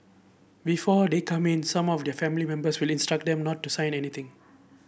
before they come in some of their family members will instruct them not to sign anything